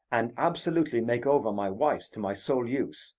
and absolutely make over my wife's to my sole use,